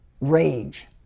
rage